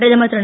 பிரதமர் திரு